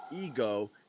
ego